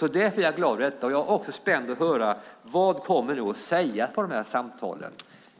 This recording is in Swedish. Därför är jag glad över detta. Jag är också spänd på att höra: Vad kommer du att säga under de här samtalen?